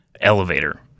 elevator